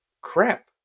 crap